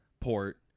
port